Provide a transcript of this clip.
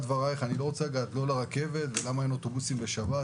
אני לא רוצה לדבר למה אין רכבת בשישי ולמה אין אוטובוסים בשבת,